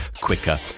quicker